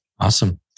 Awesome